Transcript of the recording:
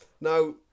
Now